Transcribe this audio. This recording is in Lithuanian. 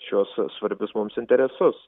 šiuos svarbius mums interesus